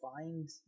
find